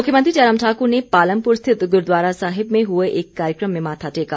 मुख्यमंत्री जयराम ठाकुर ने पालमपुर स्थित गुरूद्वारा साहिब में हुए एक कार्यक्रम में माथा टेका